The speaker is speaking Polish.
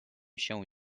się